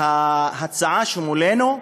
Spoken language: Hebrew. וההצעה שמולנו,